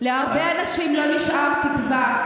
להרבה אנשים לא נשארה תקווה.